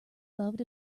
loved